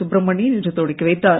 சுப்ரமணியன் இன்று தொடக்கிவைத்தார்